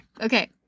okay